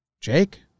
Jake